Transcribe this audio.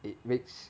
it makes